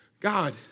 God